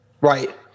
Right